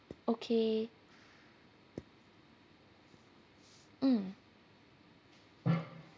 okay mm